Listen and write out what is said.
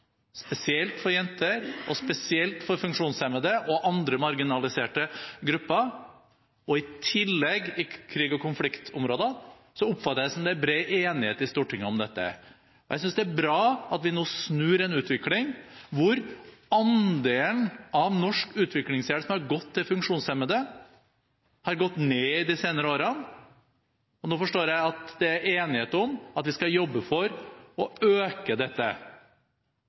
spesielt for jenter, og spesielt for funksjonshemmede og andre marginaliserte grupper, og i tillegg i krigs- og konfliktområder, oppfatter jeg at det er bred enighet i Stortinget om dette. Jeg synes det er bra at vi nå snur en utvikling hvor andelen av norsk utviklingshjelp som har gått til funksjonshemmede, har gått ned de senere årene. Nå forstår jeg at det er enighet om at vi skal jobbe for å øke